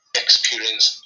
experience